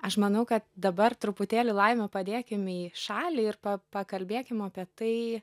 aš manau kad dabar truputėlį laimę padėkim į šalį ir pakalbėkim apie tai